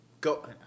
go